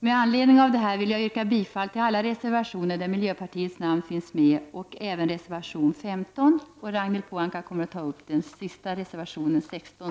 Med anledning av det här vill jag yrka bifall till alla reservationer där miljöpartiet är med och även till reservation 15. Ragnhild Pohanka kommer att ta upp reservation 16.